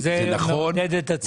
זה מעודד את הצעירים.